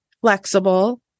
flexible